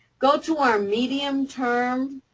go to our medium-term,